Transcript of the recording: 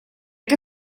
que